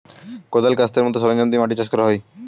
কোদাল, কাস্তের মত সরঞ্জাম দিয়ে মাটি চাষ করা হয়